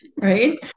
Right